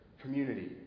Community